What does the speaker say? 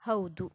ಹೌದು